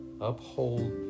Uphold